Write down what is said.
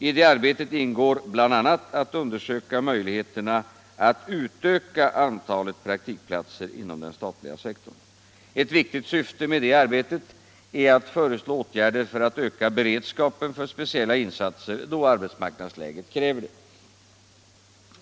I detta arbete ingår bl.a. att undersöka möjligheterna att utöka antalet praktikplatser inom den statliga sektorn. Ett viktigt syfte med detta arbete är att föreslå åtgärder för att öka beredskapen för speciella insatser då arbetsmarknadsläget kräver det.